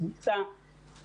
קבוצה,